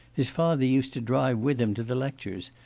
his father used to drive with him to the lectures,